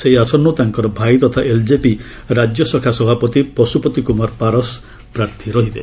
ସେହି ଆସନରୁ ତାଙ୍କର ଭାଇ ତଥା ଏଲ୍ଜେପି ରାଜ୍ୟଶାଖା ସଭାପତି ପଶୁପତି କୁମାର ପାରସ୍ ପ୍ରାର୍ଥୀ ରହିବେ